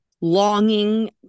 longing